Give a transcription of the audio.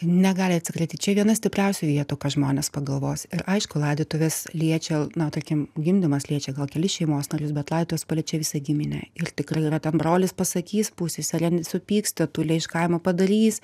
negali atsikratyt čia viena stipriausių vietų ką žmonės pagalvos ir aišku laidotuvės liečia na tarkim gimdymas liečia gal kelis šeimos narius bet laidotuvės paliečia visą giminę ir tikrai yra ten brolis pasakys pusseserė jin supyks tetulė iš kaimo padarys